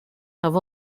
have